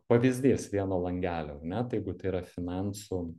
pavyzdys vieno langelio ar ne tai jeigu tai yra finansų